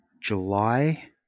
july